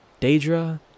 Daedra